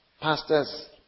pastors